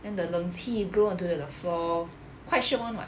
and the 冷气 blow onto the the floor quite shiok [one]